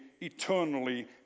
eternally